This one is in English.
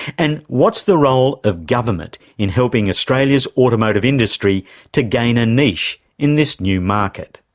and what's the role of government in helping australia's automotive industry to gain a niche in this new market?